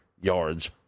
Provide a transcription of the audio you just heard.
yards